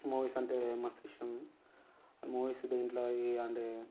movies అంటే మస్తు ఇష్టం మూవీస్ దేంట్లో అంటే